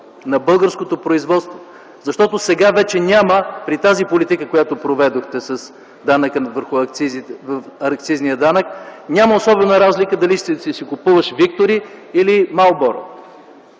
на българското производство, защото сега вече при тази политика, която проведохте с данъка върху акцизите, няма особена разлика дали ще си купуваш „Виктори” или „Марлборо”.